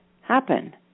happen